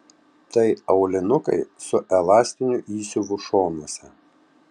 tai aulinukai su elastiniu įsiuvu šonuose